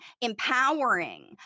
empowering